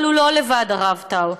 אבל הוא לא לבד, הרב טאו.